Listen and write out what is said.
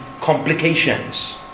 complications